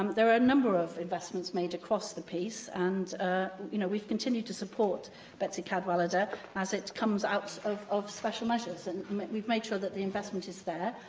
um there are a number of investments made across the piece, and you know we've continued to support betsi cadwaladr as it comes out of of special measures. and we've made sure that the investment is there,